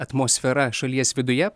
atmosfera šalies viduje